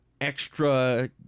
extra